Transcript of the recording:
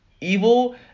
evil